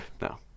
No